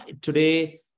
today